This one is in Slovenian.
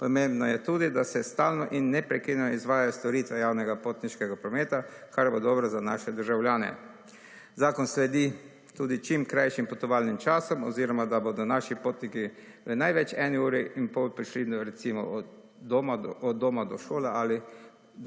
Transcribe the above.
pomembno je tudi da se stalno in neprekinjeno izvajajo storitve javnega potniškega prometa, kar bo dobro za naše državljane. Zakon sledi tudi čim krajšim časom oziroma da bodo naši potniki v največ eni uri in pol prišli recimo od doma do šole ali